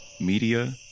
Media